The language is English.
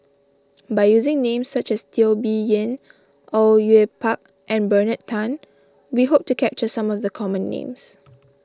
by using names such as Teo Bee Yen Au Yue Pak and Bernard Tan we hope to capture some of the common names